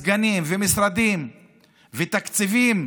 סגנים, משרדים ותקציבים